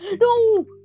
No